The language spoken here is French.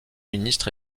ministre